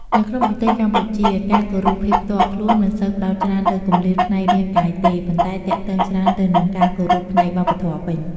នៅក្នុងប្រទេសកម្ពុជា ការគោរពភាពផ្ទាល់ខ្លួនមិនសូវផ្តោតច្រើនលើគម្លាតផ្នែករាងកាយទេ ប៉ុន្តែទាក់ទងច្រើនទៅនឹងការគោរពផ្នែកវប្បធម៌វិញ។